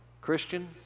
Christian